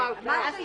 אבל זה לא נגמר שם.